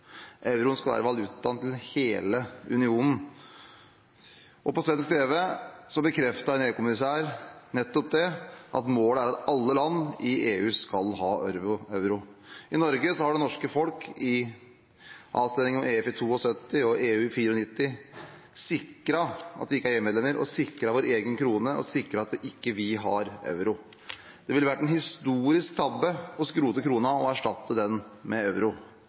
Euroen skal være valutaen til hele unionen. På svensk tv bekreftet en EU-kommissær nettopp det, at målet er at alle land i EU skal ha euro. I Norge har det norske folk i avstemningen om EF i 1972 og EU i 1994 sikret at vi ikke er EU-medlemmer, sikret vår egen krone og sikret at vi ikke har euro. Det ville vært en historisk tabbe å skrote kronen og erstatte den med euro.